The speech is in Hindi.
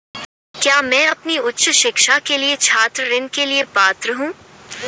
क्या मैं अपनी उच्च शिक्षा के लिए छात्र ऋण के लिए पात्र हूँ?